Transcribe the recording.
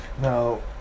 Now